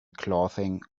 clothing